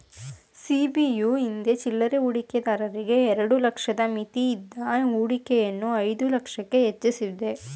ಸಿ.ಬಿ.ಯು ಹಿಂದೆ ಚಿಲ್ಲರೆ ಹೂಡಿಕೆದಾರರಿಗೆ ಎರಡು ಲಕ್ಷ ಮಿತಿಯಿದ್ದ ಹೂಡಿಕೆಯನ್ನು ಐದು ಲಕ್ಷಕ್ಕೆ ಹೆಚ್ವಸಿದೆ